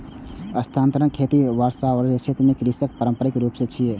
स्थानांतरण खेती वर्षावन क्षेत्र मे कृषिक पारंपरिक रूप छियै